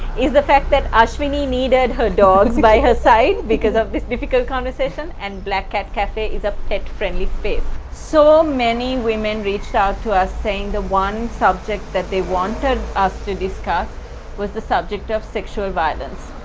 is the fact that ashwini needed her dogs by her side because of this difficult conversation and black cat cafe is a pet friendly space. so many women reached out to us saying the one subject that they wanted us to discuss was the subject of sexual violence.